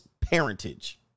parentage